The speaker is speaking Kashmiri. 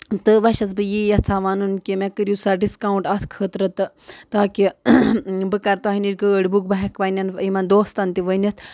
تہٕ وۄنۍ چھَس بہٕ یی یَژھان وَنُن کہِ مےٚ کٔرِو سا ڈِسکاوُنٛٹ اَتھ خٲطرٕ تہٕ تاکہِ بہٕ کَرٕ تۄہہِ نِش گٲڑۍ بُک بہٕ ہٮ۪کہٕ پنٛنٮ۪ن یِمَن دوستَن تہِ ؤنِتھ